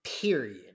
period